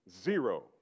zero